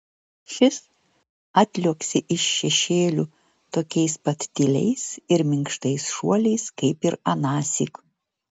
šis atliuoksi iš šešėlių tokiais pat tyliais ir minkštais šuoliais kaip ir anąsyk